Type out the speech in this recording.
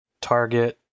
target